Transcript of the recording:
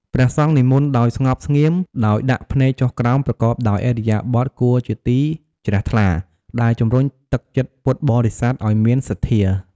ព្រះសង្ឃនិមន្តដោយស្ងប់ស្ងៀម ដោយដាក់ភ្នែកចុះក្រោម ប្រកបដោយឥរិយាបថគួរជាទីជ្រះថ្លា ដែលជំរុញទឹកចិត្តពុទ្ធបរិស័ទឲ្យមានសទ្ធា។